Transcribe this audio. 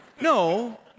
No